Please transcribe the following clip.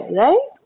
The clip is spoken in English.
right